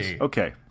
Okay